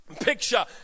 picture